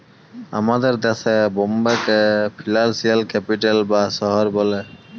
আমাদের দ্যাশে বম্বেকে ফিলালসিয়াল ক্যাপিটাল বা শহর ব্যলে